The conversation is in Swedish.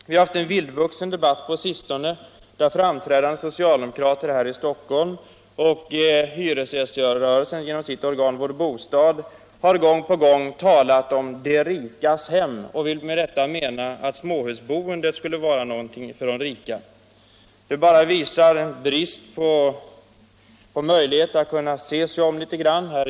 Vi har haft en vildvuxen debatt på sistone, där framträdande socialdemokrater här i Stockholm och hyresgäströrelsen genom sitt organ Vår Bostad gång på gång har talat om ”de rikas hem”. Med detta menar de att småhusboendet skulle vara något för de rika. Det visar brist på förmåga att se verkligheten.